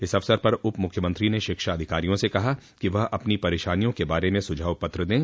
इस अवसर पर उपमुख्यमंत्री ने शिक्षा अधिकारियों से कहा कि वह अपनी परेशानियों के बारे में सुझाव पत्र दें